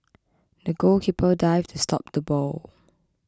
the goalkeeper dived to stop the ball